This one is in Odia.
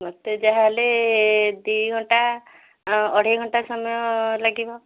ମୋତେ ଯାହା ହେଲେ ଦୁଇ ଘଣ୍ଟା ଅଢେ଼ଇ ଘଣ୍ଟା ସମୟ ଲାଗିବ